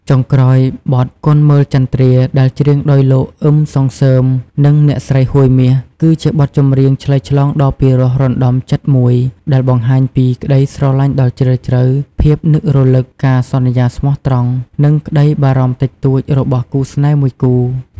ចុងក្រោយ បទ គន់មើលចន្ទ្រា ដែលច្រៀងដោយលោក អ៊ឹម សុងសឺម និងអ្នកស្រី ហួយ មាស គឺជាបទចម្រៀងឆ្លើយឆ្លងដ៏ពីរោះរណ្តំចិត្តមួយ ដែលបង្ហាញពី ក្តីស្រឡាញ់ដ៏ជ្រាលជ្រៅ ភាពនឹករលឹក ការសន្យាស្មោះត្រង់ និងក្តីបារម្ភតិចតួច របស់គូស្នេហ៍មួយគូ។